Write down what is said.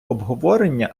обговорення